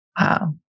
Wow